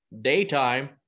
daytime